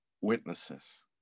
witnesses